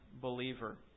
believer